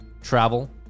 travel